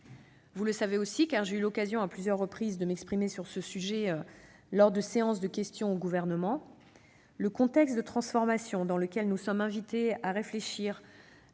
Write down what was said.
Vous connaissez aussi- j'ai eu l'occasion à plusieurs reprises de m'exprimer sur ce sujet lors de séances de questions au Gouvernement -le contexte de transformation, dans lequel nous sommes invités à redéfinir